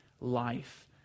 life